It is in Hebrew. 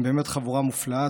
הם באמת חבורה מופלאה,